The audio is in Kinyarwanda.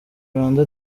rwanda